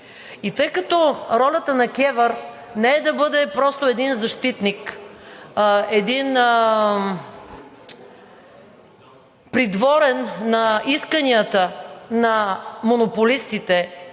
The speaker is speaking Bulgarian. И тъй като ролята на КЕВР не е да бъде просто един защитник, един придворен на исканията на монополистите,